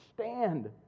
stand